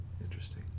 Interesting